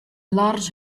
large